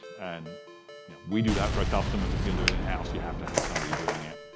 and yeah we do that for our customers. if you can do it in-house, you have to have somebody doing it.